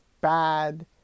bad